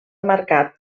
marcat